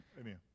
Amen